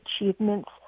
achievements